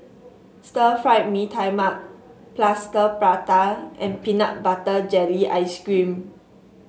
Stir Fried Mee Tai Mak Plaster Prata and Peanut Butter Jelly Ice cream